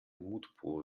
mutprobe